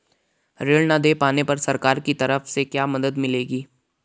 ऋण न दें पाने पर सरकार की तरफ से क्या मदद मिलेगी?